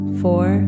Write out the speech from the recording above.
four